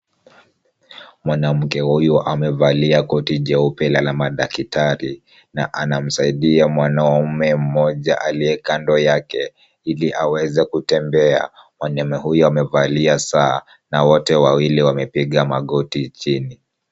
Mwanamke huyu amevalia koti jeupe na la madaktari, na anamsaidia mwanaume mmoja aliye kando yake ili aweze kutembea. Mwanaume huyo amevalia saa na wote wawili wamepiga magoti chini.